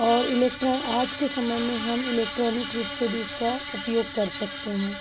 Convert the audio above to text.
और आज के समय में हम इलेक्ट्रॉनिक रूप से भी इसका उपयोग कर सकते हैं